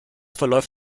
verläuft